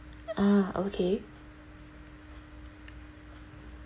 ah okay